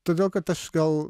todėl kad aš gal